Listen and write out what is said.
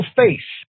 face